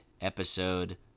episode